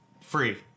free